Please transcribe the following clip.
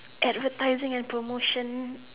advertising and promotion